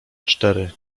cztery